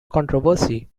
controversy